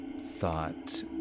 thought